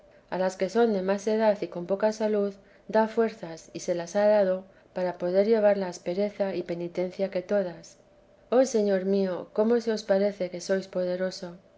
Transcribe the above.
a las que son de más edad y con poca teresa de tesís salud da fuerzas y se las ha dado para poder llevar la aspereza y penitencia que todas oh señor mío cómo se os parece que sois poderoso